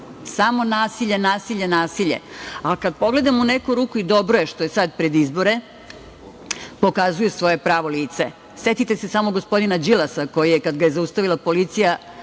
Samo nasilje, nasilje, nasilje. Kada pogledamo, u neku ruku i dobro je što je sada pred izbore, pokazuju svoje pravo lice. Setite se samo gospodina Đilasa koji je, kada ga je zaustavila policija,